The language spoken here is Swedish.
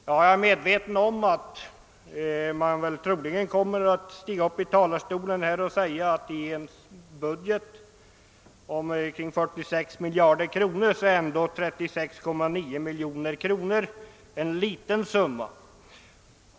Jag är medveten om att någon representant för oppositionen troligen kommer att stiga upp i talarstolen och säga att i en budget på 46 miljarder kronor är 36,9 miljoner kronor en liten summa.